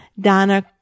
Donna